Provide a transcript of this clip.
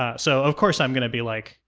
ah so of course i'm gonna be like,